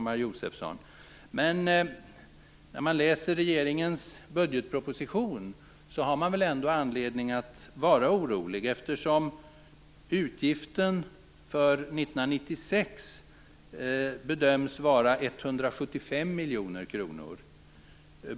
Men när man läser regeringens budgetproposition har man väl ändå anledning att vara orolig, eftersom utgiften för 1996 bedöms vara 175 miljoner kronor.